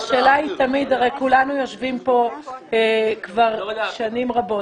הרי כולנו יושבים פה כבר שנים רבות.